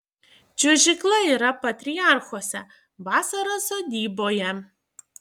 čiuožykla yra patriarchuose vasara sodyboje